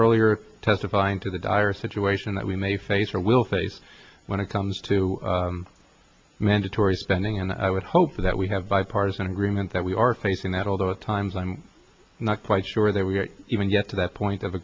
earlier testifying to the dire situation that we may face or will face when it comes to mandatory spending and i would hope that we have bipartisan agreement that we are facing that although at times i'm not quite sure that we're even yet to that point of